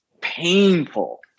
painful